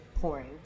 pouring